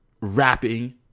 rapping